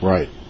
Right